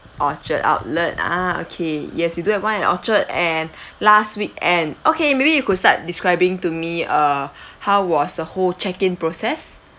orchard outlet ah okay yes we do have one at orchard and last weekend okay maybe you could start describing to me uh how was the whole check-in process